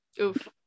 Oof